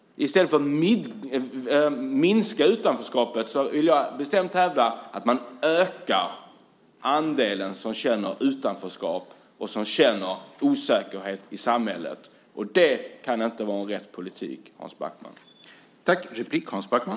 I stället för att minska utanförskapet vill jag bestämt hävda att man ökar andelen som känner utanförskap och som känner osäkerhet i samhället. Och det kan inte vara rätt politik, Hans Backman.